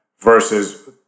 versus